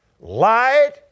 light